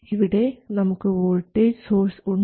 ഇവിടെ നമുക്ക് voltage source ഉണ്ട്